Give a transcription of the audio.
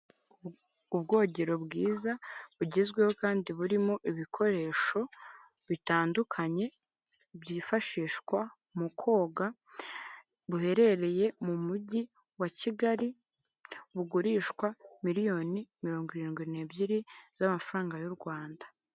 Ubwogero bwiza bugezweho kandi burimo ibikoresho bitandukanye byifashishwa mu koga buherereye mu mujyi wa Kigali bugurishwa miriyoni mirongo irindwi n'ebyiri z'amafaranga yu Rwanda.